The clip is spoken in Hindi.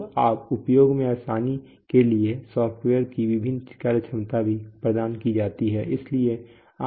तो उपयोग में आसानी के लिए सॉफ्टवेयर की विभिन्न कार्यक्षमता भी प्रदान की जाती है